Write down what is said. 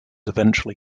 eventually